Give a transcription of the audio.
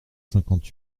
cinquante